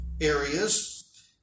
areas